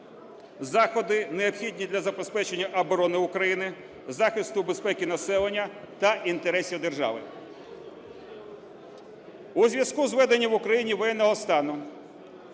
заходи, необхідні для забезпечення оборони України, захисту безпеки населення та інтересів держави. У зв'язку з введенням в Україні воєнного стану